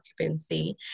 occupancy